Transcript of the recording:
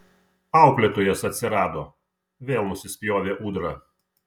auklėtojas atsirado vėl nusispjovė ūdra